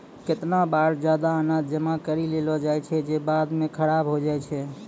केतना बार जादा अनाज जमा करि लेलो जाय छै जे बाद म खराब होय जाय छै